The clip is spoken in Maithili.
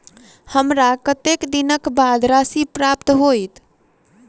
हमरा कत्तेक दिनक बाद राशि प्राप्त होइत?